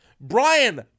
Brian